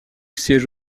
siège